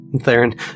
Theron